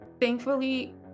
Thankfully